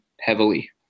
heavily